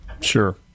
Sure